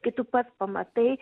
kai tu pats pamatai